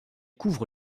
couvre